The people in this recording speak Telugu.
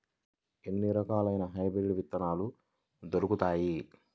ఎన్ని రకాలయిన హైబ్రిడ్ విత్తనాలు దొరుకుతాయి?